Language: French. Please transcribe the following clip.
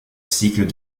cycles